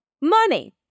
money